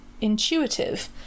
intuitive